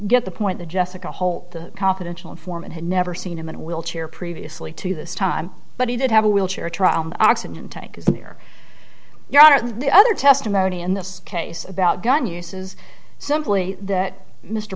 get the point that jessica holt the confidential informant had never seen him in a wheelchair previously to this time but he did have a wheelchair oxygen tank is there your honor the other testimony in this case about gun uses simply that mr